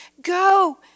go